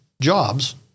jobs